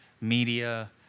media